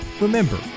remember